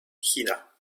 china